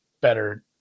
better